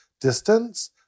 distance